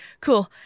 cool